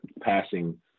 passing